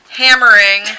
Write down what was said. hammering